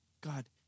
God